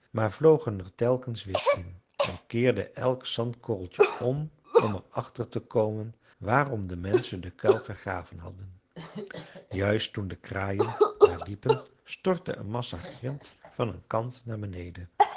maar vlogen er telkens weer in en keerden elk zandkorreltje om om er achter te komen waarom de menschen den kuil gegraven hadden juist toen de kraaien daar liepen stortte een massa grint van een kant naar beneden